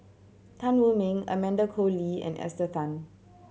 Tan Wu Meng Amanda Koe Lee and Esther Tan